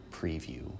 preview